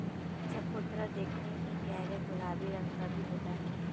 चकोतरा देखने में गहरे गुलाबी रंग का भी होता है